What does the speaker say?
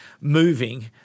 moving